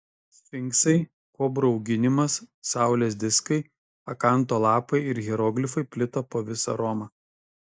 sfinksai kobrų auginimas saulės diskai akanto lapai ir hieroglifai plito po visą romą